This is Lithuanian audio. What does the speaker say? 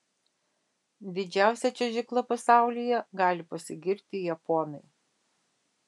didžiausia čiuožykla pasaulyje gali pasigirti japonai